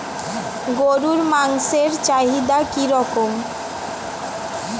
গরুর মাংসের চাহিদা কি রকম?